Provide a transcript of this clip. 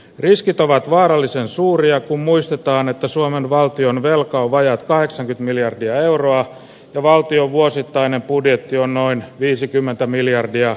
riskit ovat vaarallisen suuria kun muistetaan että suomen valtionvelkaa vajaat kahdeksan miljardia euroa ja valtion vuosittainen budjetti on noin viisikymmentä miljardia